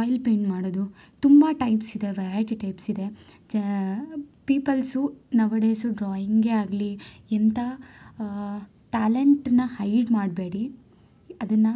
oil paint ಮಾಡೋದು ತುಂಬ types ಇದೆ ವೆರೈಟಿ ಟೈಪ್ಸ್ ಇದೆ ಪೀಪಲ್ಸು ನೌ ಎ ಡೇಸು ಡ್ರಾಯಿಂಗೇ ಆಗಲಿ ಇಂಥ ಟ್ಯಾಲೆಂಟನ್ನು ಹೈಡ್ ಮಾಡಬೇಡಿ ಅದನ್ನು